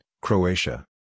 Croatia